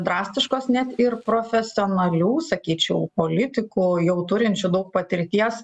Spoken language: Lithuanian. drastiškos net ir profesionalių sakyčiau politikų jau turinčių daug patirties